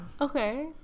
Okay